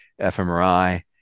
fMRI